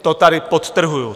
To tady podtrhuji.